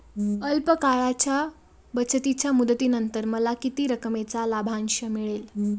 अल्प काळाच्या बचतीच्या मुदतीनंतर मला किती रकमेचा लाभांश मिळेल?